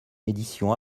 éditions